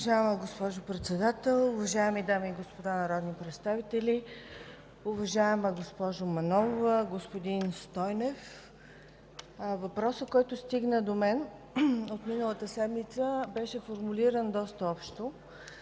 Уважаема госпожо Председател, уважаеми дами и господа народни представители! Уважаема госпожо Манолова, господин Стойнев, въпросът, който стигна до мен от миналата седмица, беше формулиран доста общо